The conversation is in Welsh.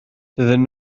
doedden